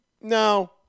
no